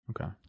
Okay